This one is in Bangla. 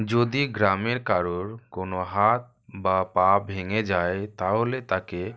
যদি গ্রামের কারোর কোনো হাত বা পা ভেঙে যায় তাহলে তাকে